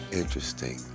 interesting